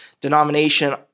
denomination